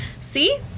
See